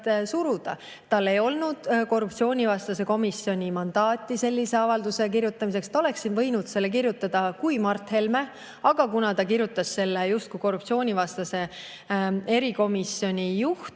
suruda. Tal ei olnud korruptsioonivastase [eri]komisjoni mandaati sellise avalduse kirjutamiseks. Ta oleks võinud selle kirjutada kui Mart Helme, aga kuna ta kirjutas selle justkui korruptsioonivastase erikomisjoni juht,